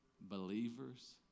Believers